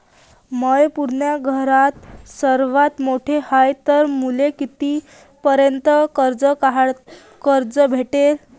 म्या पुऱ्या घरात सर्वांत मोठा हाय तर मले किती पर्यंत कर्ज भेटन?